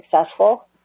successful